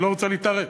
היא לא רוצה להתערב,